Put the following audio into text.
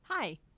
Hi